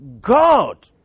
God